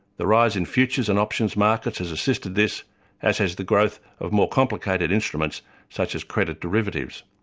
the rise in futures and options markets has assisted this as has the growth of more complicated instruments such as credit derivatives.